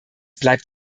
bleibt